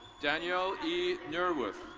danielle e neuwirth.